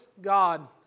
God